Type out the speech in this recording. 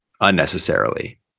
unnecessarily